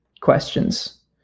questions